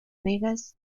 vegas